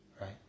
Right